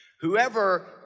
Whoever